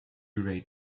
ray